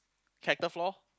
character flaw